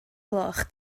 gloch